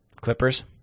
Clippers